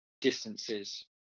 distances